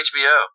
HBO